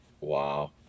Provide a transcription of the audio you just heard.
wow